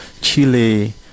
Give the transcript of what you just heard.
Chile